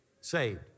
saved